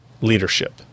leadership